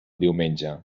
diumenge